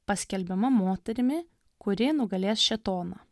paskelbiama moterimi kuri nugalės šėtoną